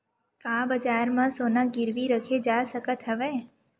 का बजार म सोना गिरवी रखे जा सकत हवय?